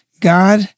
God